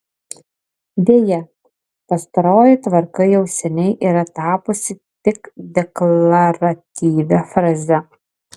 deja pastaroji tvarka jau seniai yra tapusi tik deklaratyvia fraze